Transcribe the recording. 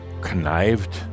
connived